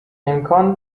امکان